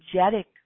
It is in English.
energetic